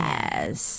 Yes